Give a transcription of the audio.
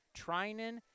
Trinan